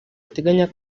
ateganya